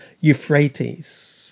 Euphrates